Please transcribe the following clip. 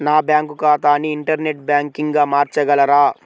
నా బ్యాంక్ ఖాతాని ఇంటర్నెట్ బ్యాంకింగ్గా మార్చగలరా?